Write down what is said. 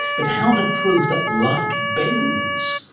but how to prove that light bends?